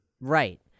Right